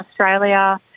Australia